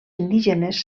indígenes